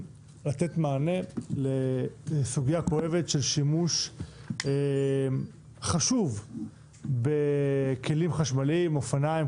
לתת מענה לסוגיה כואבת של שימוש חשוב בכלים חשמליים אופניים,